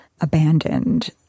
abandoned